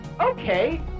Okay